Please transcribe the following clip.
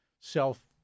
self